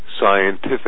scientific